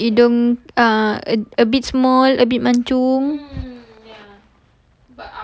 kalau hidung ah a bit small a bit mancung